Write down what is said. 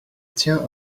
tient